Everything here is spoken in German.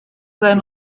sein